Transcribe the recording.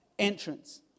Entrance